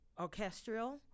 Orchestral